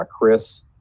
chris